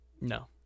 No